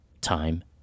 time